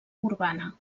urbana